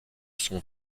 sont